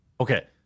Okay